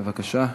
בבקשה.